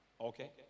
Okay